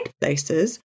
places